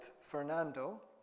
fernando